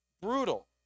brutal